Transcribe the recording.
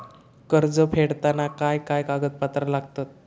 कर्ज फेडताना काय काय कागदपत्रा लागतात?